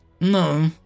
No